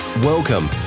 Welcome